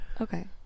Okay